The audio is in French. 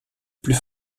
plus